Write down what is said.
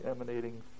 emanating